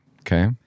Okay